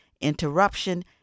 interruption